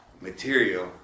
material